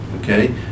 okay